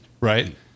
Right